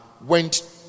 went